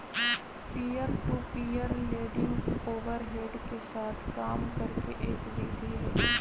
peer to peer lending overhead के साथ काम करे के एक विधि हई